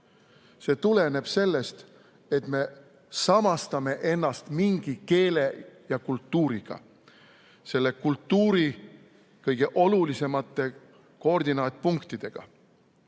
See tuleneb sellest, et me samastame ennast mingi keele ja kultuuriga, selle kultuuri kõige olulisemate koordinaatpunktidega.